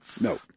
No